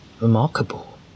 Remarkable